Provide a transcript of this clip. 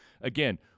Again